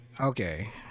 Okay